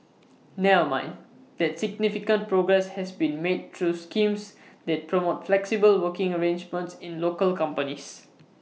nil mind that significant progress has been made through schemes that promote flexible working arrangements in local companies